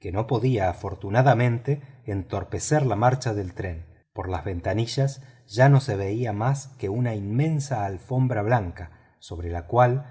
que no podía afortunadamente entorpecer la marcha del tren por las ventanillas ya no se veía más que una inmensa alfombra blanca sobre la cual